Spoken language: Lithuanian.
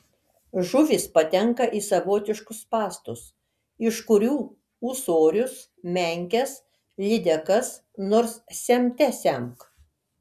žuvys patenka į savotiškus spąstus iš kurių ūsorius menkes lydekas nors semte semk